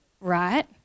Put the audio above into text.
right